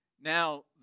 Now